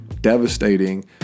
devastating